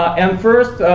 and first,